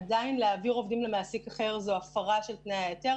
עדיין להעביר עובדים למעסיק אחר זו הפרה של תנאי ההיתר